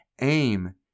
aim